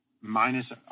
minus